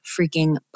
freaking